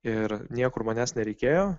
ir niekur manęs nereikėjo